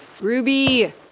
Ruby